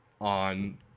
on